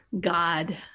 God